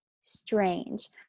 strange